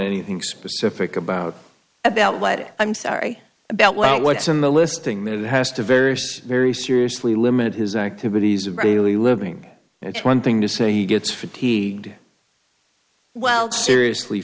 anything specific about about what i'm sorry about well what's on the list thing that has to various very seriously limit his activities of daily living it's one thing to say he gets fatigued well seriously